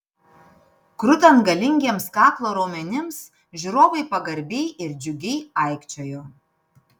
krutant galingiems kaklo raumenims žiūrovai pagarbiai ir džiugiai aikčiojo